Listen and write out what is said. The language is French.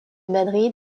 madrid